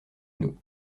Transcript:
nous